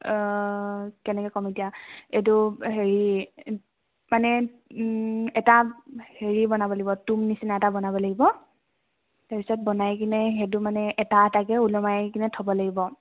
কেনেকৈ ক'ম এতিয়া এইটো হেৰি মানে এটা হেৰি বনাব লাগিব তুম নিচিনা এটা বনাব লাগিব তাৰপিছত বনাই কিনে সেইটো মানে এটা এটাকৈ ওলমাই কিনে থ'ব লাগিব